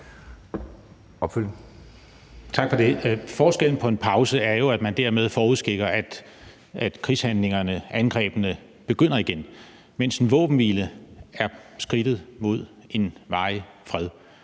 Tak for det. Forskellen er jo, at man med en pause forudskikker, at angrebene begynder igen, mens en våbenhvile er skridtet mod en varig fred.